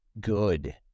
good